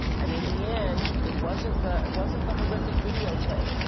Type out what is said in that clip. and in the end, it wasn't the, it wasn't the horrific videotape,